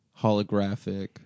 holographic